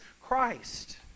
Christ